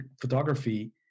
photography